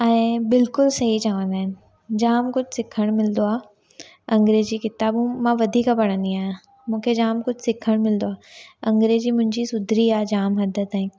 ऐं बिल्कुलु सही चवंदा आहिनि जाम कुझु सिखणु मिलंदो आहे अंग्रेजी किताबूं मां वधीक पढ़ंदी आहियां मूंखे जाम कुझु सिखणु मिलंदो आहे अंग्रेजी मुंहिंजी सुधरी आहे जाम हदु ताईं